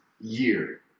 year